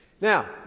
Now